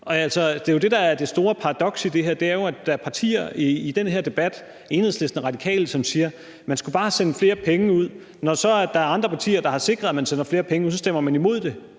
det store paradoks i det her. Det er, at der er partier i den her debat, Enhedslisten og Radikale, som siger, at man bare skulle sende flere penge ud, og når der så er andre partier, der har sikret, at man sender flere penge ud, så stemmer man imod det.